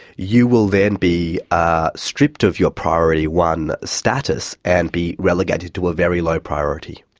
you will then be ah stripped of your priority one status and be relegated to a very low priority,